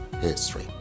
history